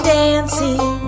dancing